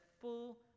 full